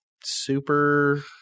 Super